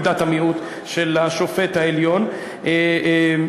עמדת המיעוט של שופט העליון רובינשטיין.